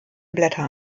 blätter